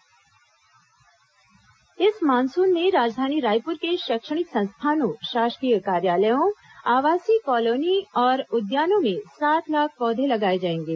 वृक्षारोपण अकबर इस मानसून में राजधानी रायपुर के शैक्षणिक संस्थानों शासकीय कार्यालयों आवासीय कॉलोनियों और उद्यानों में सात लाख पौधे लगाए जाएंगे